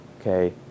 okay